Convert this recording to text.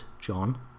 John